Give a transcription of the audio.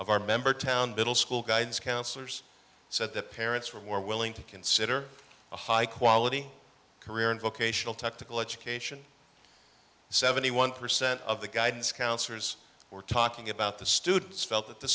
of our member town middle school guidance counselors said that parents were more willing to consider a high quality career in vocational technical education seventy one percent of the guidance counselors were talking about the students felt that the